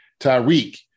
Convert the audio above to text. Tyreek